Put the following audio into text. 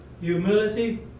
humility